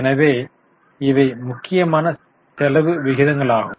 எனவே இவை முக்கியமான செலவு விகிதங்களாகும்